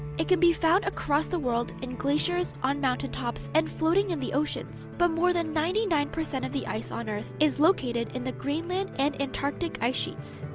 it can be found across the world, in glaciers, on mountaintops, and floating in the oceans but more than ninety nine percent of the ice on earth, is located in the greenland and antarctic ice sheets.